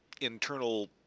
internal